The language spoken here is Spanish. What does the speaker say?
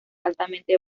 altamente